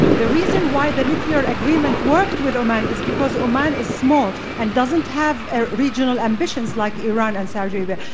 the reason why the nuclear agreement worked with oman is because oman is small and doesn't have ah regional ambitions like iran and saudi arabia.